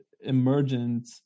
emergent